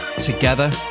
Together